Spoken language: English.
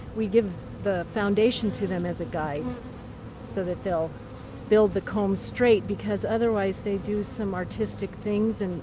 we give the foundation to them as a guide so that they'll build the comb straight, because otherwise they do some artistic things. and